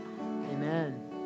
Amen